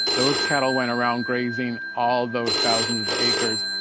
those cattle went around grazing all those thousands of acres.